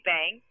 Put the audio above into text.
Bang